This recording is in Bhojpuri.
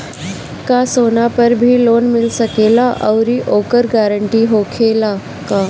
का सोना पर भी लोन मिल सकेला आउरी ओकर गारेंटी होखेला का?